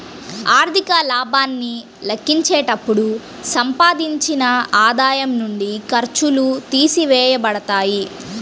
ఆర్థిక లాభాన్ని లెక్కించేటప్పుడు సంపాదించిన ఆదాయం నుండి ఖర్చులు తీసివేయబడతాయి